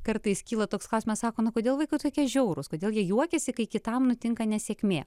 kartais kyla toks klausimas sako na kodėl vaikai tokie žiaurūs kodėl jie juokiasi kai kitam nutinka nesėkmė